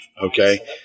okay